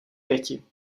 pěti